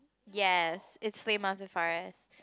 yes is Flame of the Forest